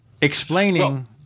explaining